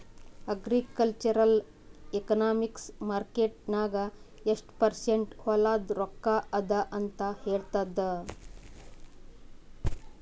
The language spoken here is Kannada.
ಅಗ್ರಿಕಲ್ಚರಲ್ ಎಕನಾಮಿಕ್ಸ್ ಮಾರ್ಕೆಟ್ ನಾಗ್ ಎಷ್ಟ ಪರ್ಸೆಂಟ್ ಹೊಲಾದು ರೊಕ್ಕಾ ಅದ ಅಂತ ಹೇಳ್ತದ್